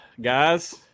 guys